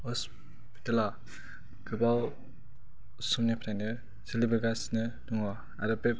हस्पिटाला गोबाव समनिफ्रायनो सोलिबोगासिनो दङ आरो बे